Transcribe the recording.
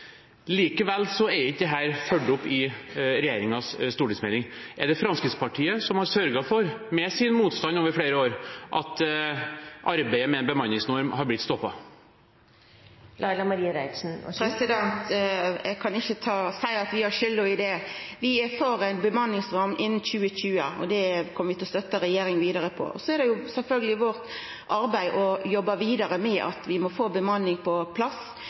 Likevel er ikke dette fulgt opp i regjeringens stortingsmelding. Er det Fremskrittspartiet som med sin motstand over flere år har sørget for at arbeidet med en bemanningsnorm har blitt stoppet? Eg kan ikkje seia at vi har skylda for det. Vi er for ei bemanningsnorm innan 2020, og det kjem vi til å støtta regjeringa vidare på. Det er sjølvsagt vårt arbeid å jobba vidare med å få bemanning på plass.